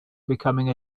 becoming